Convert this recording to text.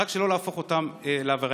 רק לא להפוך אותם לעבריינים,